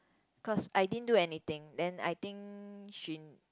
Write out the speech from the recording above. cause I didn't do anything then I think she